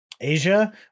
Asia